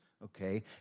okay